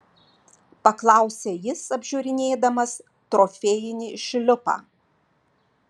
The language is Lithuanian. paklausė jis apžiūrinėdamas trofėjinį šliupą